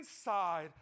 inside